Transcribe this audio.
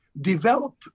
develop